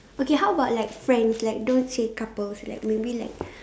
okay how about like friends like don't say couples like maybe like